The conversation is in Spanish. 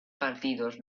partidos